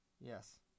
Yes